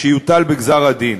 שיוטל בגזר-הדין.